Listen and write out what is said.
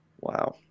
Wow